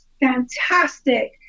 fantastic